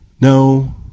No